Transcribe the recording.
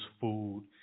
food